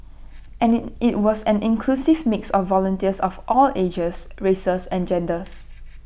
and IT was an inclusive mix of volunteers of all ages races and genders